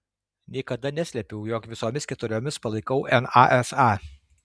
niekada neslėpiau jog visomis keturiomis palaikau nasa